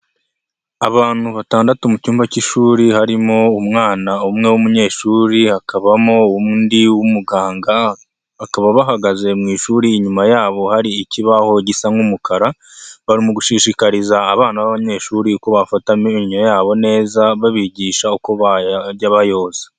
Abantu batandatu mu cyumba cy'ishuri, harimo umwana umwe w'umunyeshuri, hakabamo undi w'umuganga, bakaba bahagaze mu ishuri, inyuma yabo hari ikibaho gisa nk'umukara, bari mu gushishikariza abana b'abanyeshuri uko bafata amenyo yabo neza, babigisha uko bajya bayoza.